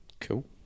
Cool